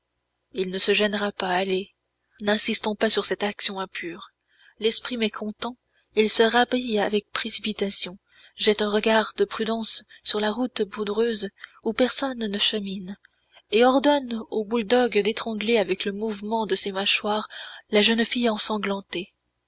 il ne se gênera pas allez n'insistons pas sur cette action impure l'esprit mécontent il se rhabille avec précipitation jette un regard de prudence sur la route poudreuse où personne ne chemine et ordonne au bouledogue d'étrangler avec le mouvement de ses mâchoires la jeune fille